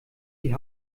die